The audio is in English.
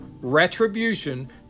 retribution